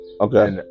okay